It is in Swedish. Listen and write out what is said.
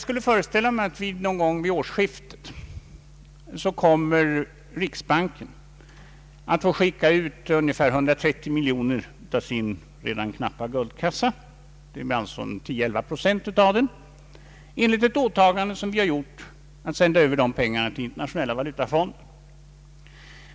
Jag föreställer mig att någon gång vid årsskiftet kommer riksbanken att få skicka ut ungefär 130 miljoner av sin redan knappa guldkassa — alltså 10— 11 procent av den — enligt ett åtagande som vi gjort att sända över detta guld till internationella valutafonden.